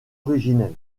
originel